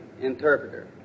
interpreter